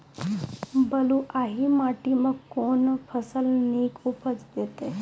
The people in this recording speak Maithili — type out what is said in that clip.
बलूआही माटि मे कून फसल नीक उपज देतै?